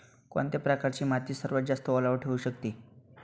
कोणत्या प्रकारची माती सर्वात जास्त ओलावा ठेवू शकते?